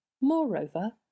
moreover